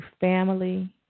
family